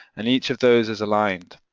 and each of those is aligned